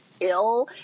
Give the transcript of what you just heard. ill